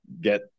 get